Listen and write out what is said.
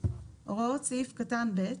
הוראות סעיף קטן (ב)